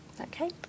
Okay